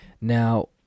Now